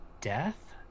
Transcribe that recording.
death